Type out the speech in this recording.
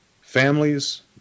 families